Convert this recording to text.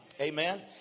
Amen